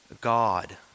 God